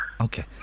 Okay